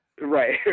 Right